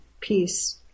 peace